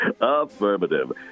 Affirmative